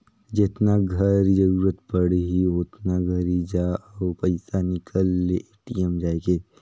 जेतना घरी जरूरत पड़ही ओतना घरी जा अउ पइसा निकाल ले ए.टी.एम जायके